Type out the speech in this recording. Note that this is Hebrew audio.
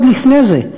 עוד לפני זה,